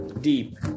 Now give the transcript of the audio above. deep